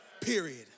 period